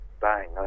bang